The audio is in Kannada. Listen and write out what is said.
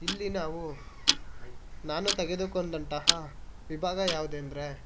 ಇಲ್ಲಿ ನಾವು ನಾನು ತೆಗೆದುಕೊಂಡಂತಹ ವಿಭಾಗ ಯಾವುದೆಂದ್ರೆ